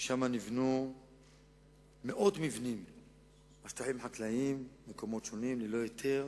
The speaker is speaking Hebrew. שם נבנו מאות מבנים על שטחים חקלאיים במקומות שונים ללא היתר.